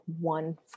one